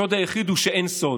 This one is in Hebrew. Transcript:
הסוד היחיד הוא שאין סוד.